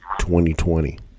2020